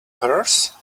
hers